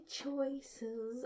choices